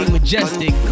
Majestic